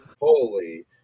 holy